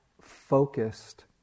focused